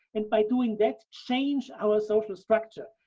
and by doing that, change our social structure.